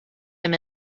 him